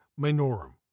minorum